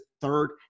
third